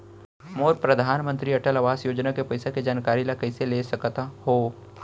मोर परधानमंतरी अटल आवास योजना के पइसा के जानकारी ल कइसे ले सकत हो?